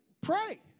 pray